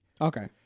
okay